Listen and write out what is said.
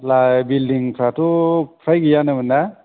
बिलडिंफ्राथ' फ्राय गैयानोमोन ना